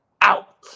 out